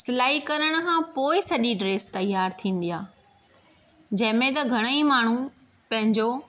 सिलाई करण खां पोइ सॼी ड्रैस तयारु थींदी आहे जंहिंमें त घणई माण्हू पंहिंजो